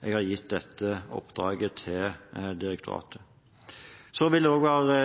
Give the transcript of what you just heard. jeg har gitt dette oppdraget til direktoratet. Det vil også bli